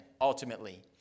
ultimately